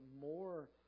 more